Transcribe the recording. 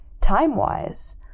time-wise